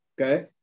Okay